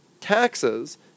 taxes